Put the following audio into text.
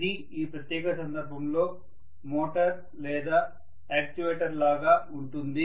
ఇది ఈ ప్రత్యేక సందర్భంలో మోటారు లేదా యాక్యుయేటర్ లాగా ఉంటుంది